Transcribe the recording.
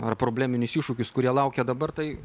ar probleminius iššūkius kurie laukia dabar tai